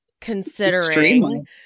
considering